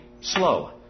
slow